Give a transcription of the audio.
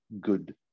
good